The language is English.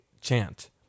Chant